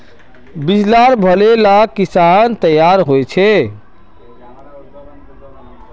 बीज लार भले ला किसम तैयार होछे